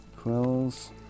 Quills